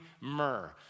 myrrh